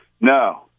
No